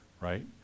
right